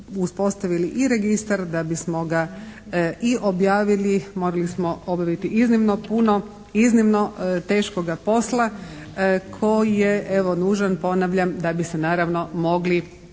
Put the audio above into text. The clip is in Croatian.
uspostavili i registar, da bismo ga i objavili morali smo obaviti iznimno puno iznimno teškoga posla koji je evo nužan ponavljam da bi se naravno mogli